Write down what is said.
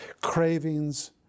cravings